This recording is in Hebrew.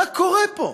מה קורה פה?